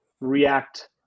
react